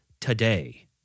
today